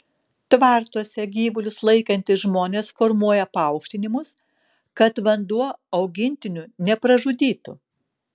tvartuose gyvulius laikantys žmonės formuoja paaukštinimus kad vanduo augintinių nepražudytų